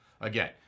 Again